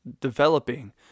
Developing